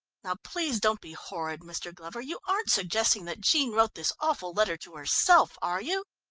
now, please don't be horrid, mr. glover, you aren't suggesting that jean wrote this awful letter to herself, are you?